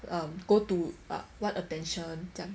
um go to err want attention 将